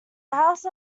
house